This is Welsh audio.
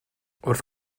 wrth